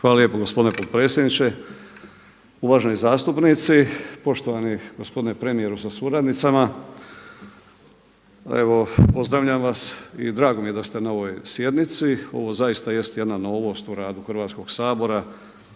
Hvala lijepo gospodine potpredsjedniče. Uvaženi zastupnici, poštovani gospodine premijeru sa suradnicama. Evo pozdravljam vas i drago mi je da ste na ovoj sjednici. Ovo zaista jest jedna novost u radu Hrvatskoga sabora